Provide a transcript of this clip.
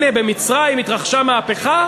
הנה במצרים התרחשה מהפכה,